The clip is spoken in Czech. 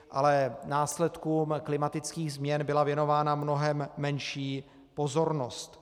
Ale následkům klimatických změn byla věnována mnohem menší pozornost.